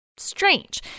strange